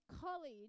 college